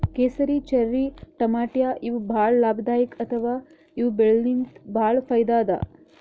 ಕೇಸರಿ, ಚೆರ್ರಿ ಟಮಾಟ್ಯಾ ಇವ್ ಭಾಳ್ ಲಾಭದಾಯಿಕ್ ಅಥವಾ ಇವ್ ಬೆಳಿಲಿನ್ತ್ ಭಾಳ್ ಫೈದಾ ಅದಾ